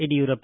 Yediyurappa